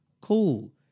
Cool